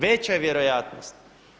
Veća je vjerojatnost.